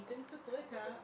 אני אתן קצת רקע.